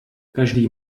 každý